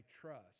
trust